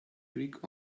trick